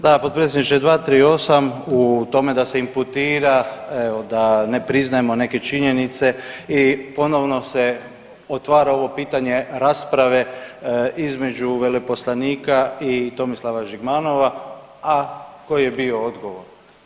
Da, potpredsjedniče 238., u tome da se imputira evo da ne priznajemo neke činjenice i ponovno se otvara ovo pitanje rasprave između veleposlanika i Tomislava Žigmanova, a koji je bio odgovor.